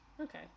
okay